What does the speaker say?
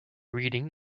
reading